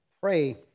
pray